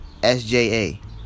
sja